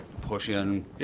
push-in